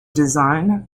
design